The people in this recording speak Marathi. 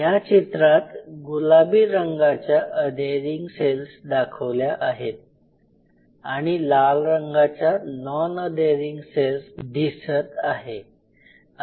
या चित्रात गुलाबी रंगाच्या अधेरिंग सेल्स दाखवल्या आहे आणि लाल रंगाच्या नॉन अधेरिंग सेल्स दिसत आहे